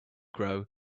grow